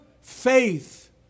faith